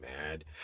mad